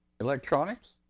electronics